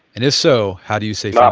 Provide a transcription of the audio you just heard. and if so, how do you say, um